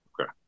Okay